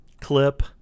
clip